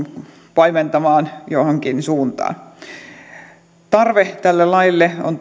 paimentamaan johonkin suuntaan tarve tälle laille on